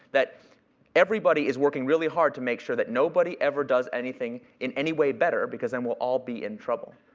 that everybody is working really hard to make sure that nobody ever does anything in any way better because then we'll all be in trouble.